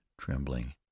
trembling